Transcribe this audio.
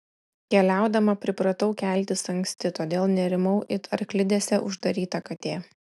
keliaudama pripratau keltis anksti todėl nerimau it arklidėse uždaryta katė